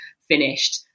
finished